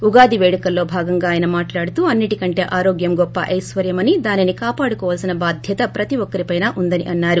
ఉగాది వేడుకల్లో భాగంగా ఆయన మాట్లాడుతూ అన్నిటికంటే ఆరోగ్యం గొప్ప ఐశ్వర్యమనిదానిని కాపాడుకోవల్సిన బాధ్యత ప్రతీఒక్కరిపైనా ఉందనీ అన్నారు